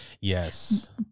Yes